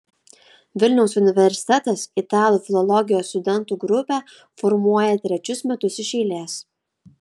vilniaus universitetas italų filologijos studentų grupę formuoja trečius metus iš eilės